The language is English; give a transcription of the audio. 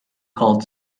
called